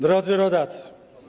Drodzy Rodacy!